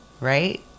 right